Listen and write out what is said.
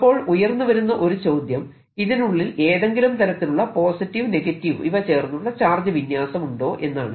അപ്പോൾ ഉയർന്നു വരുന്ന ഒരു ചോദ്യം ഇതിനുള്ളിൽ ഏതെങ്കിലും തരത്തിലുള്ള പോസിറ്റീവ് നെഗറ്റീവ് ഇവ ചേർന്നുള്ള ചാർജ് വിന്യാസം ഉണ്ടോ എന്നാണ്